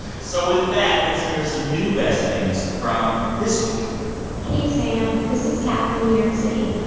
so with that, let's hear some new best things from this week hey, sam. this is kat from new york city.